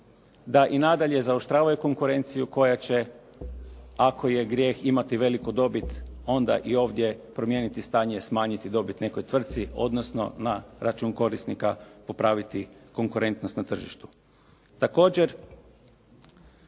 da i nadalje zaoštravaju konkurenciju koja će, ako je grijeh imati veliku dobit, onda i ovdje promijeniti stanje, smanjiti dobit nekoj tvrtci odnosno na račun korisnika popraviti konkurentnost na tržištu.